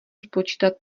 spočítat